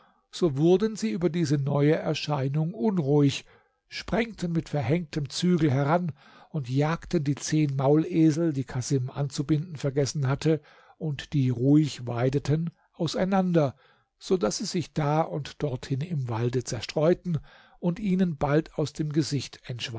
so wurden sie über diese neue erscheinung unruhig sprengten mit verhängtem zügel heran und jagten die zehn maulesel die casim anzubinden vergessen hatte und die ruhig weideten auseinander so daß sie sich da und dorthin im walde zerstreuten und ihnen bald aus dem gesicht